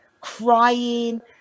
crying